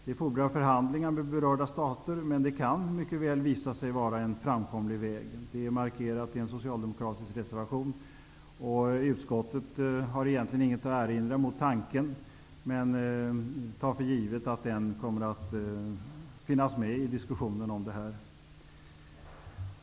Det fordrar förhandlingar med berörda stater, men det kan mycket väl visa sig vara en framkomlig väg. Detta är markerat i en socialdemokratisk reservation, och utskottet har egentligen ingenting att erinra mot denna tanke men tar för givet att den kommer att finnas med i diskussionen.